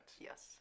Yes